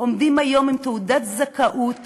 עומדים היום עם תעודת זכאות